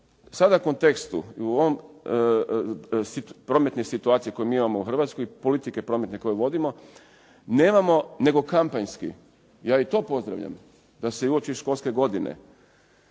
sada kontekstu ove prometne situacije koju mi imamo u Hrvatskoj, politike prometne koju vodimo nemamo nego kampanjski. Ja i to pozdravljam da se uoči školske godine